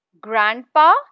Grandpa